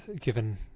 given